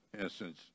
instance